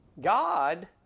God